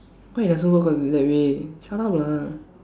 why it doesn't work on me that way shut up lah